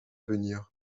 venir